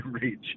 reach